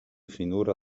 finora